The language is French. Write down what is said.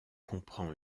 comprend